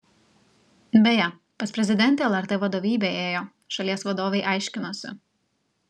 beje pas prezidentę lrt vadovybė ėjo šalies vadovei aiškinosi